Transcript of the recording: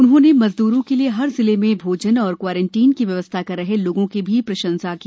उन्होंने मजदूरों के लिए हर जिले में भोजन और क्वारंटीन की व्यवस्था कर रहे लोगों की भी प्रशंसा की